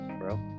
bro